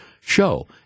show